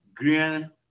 green